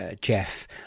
Jeff